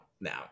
Now